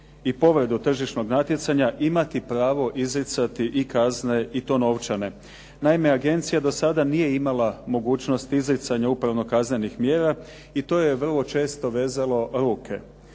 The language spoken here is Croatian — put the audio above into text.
i povredu tržišnog natjecanja imati pravo izricati i kazne i to novčane. Naime, agencija do sada nije imala mogućnost izricanja upravno kaznenih mjera i to je vrlo često vezalo ruke.